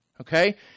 okay